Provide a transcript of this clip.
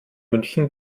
münchen